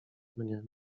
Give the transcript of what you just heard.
mnie